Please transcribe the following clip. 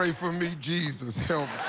ah for me, jesus. help